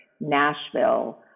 Nashville